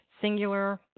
singular